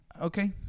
Okay